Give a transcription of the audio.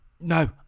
No